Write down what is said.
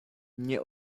nie